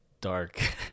dark